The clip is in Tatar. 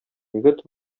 егет